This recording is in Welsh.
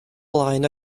blaen